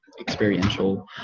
experiential